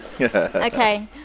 Okay